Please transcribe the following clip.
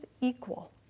equal